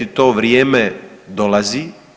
To vrijeme dolazi.